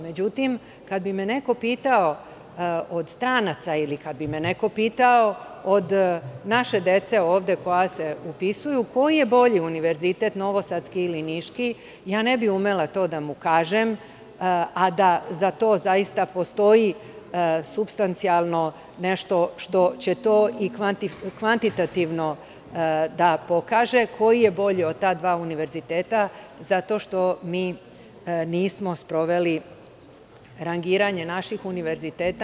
Međutim, kada bi me neko pitao od stranaca ili kada bi me neko pitao od naše dece koja se ovde upisuju – koji je bolji univerzitet, Novosadski ili Niški, ja ne bih umela da kažem, a da za to zaista postoji supstancijalno nešto što će to i kvantitativno da pokaže, koji je bolji od ta dva univerziteta zato što mi nismo sproveli rangiranje naših univerziteta.